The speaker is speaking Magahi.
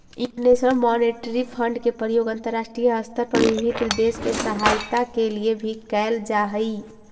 इंटरनेशनल मॉनिटरी फंड के प्रयोग अंतरराष्ट्रीय स्तर पर विभिन्न देश के सहायता के लिए भी कैल जा हई